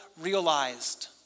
realized